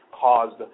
caused